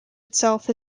itself